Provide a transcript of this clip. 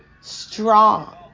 strong